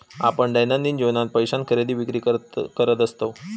आपण दैनंदिन जीवनात पैशान खरेदी विक्री करत असतव